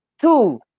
Two